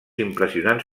impressionants